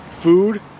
food